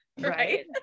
right